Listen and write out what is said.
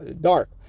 dark